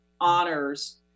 honors